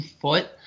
foot